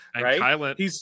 right